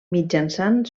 mitjançant